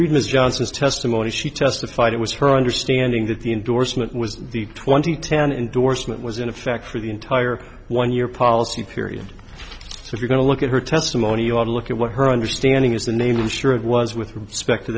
read mr johnson's testimony she testified it was her understanding that the endorsement was the twenty town indorsement was in effect for the entire one year policy period so you're going to look at her testimony you ought to look at what her understanding is the name sure it was with respect to